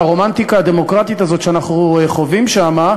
הרומנטיקה הדמוקרטית הזאת שאנחנו חווים שם,